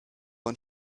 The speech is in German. und